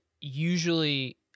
usually